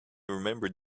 remembered